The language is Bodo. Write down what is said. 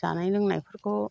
जानाय लोंनायफोरखौ